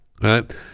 right